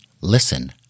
listen